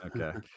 Okay